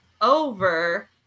over